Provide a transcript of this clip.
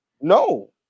No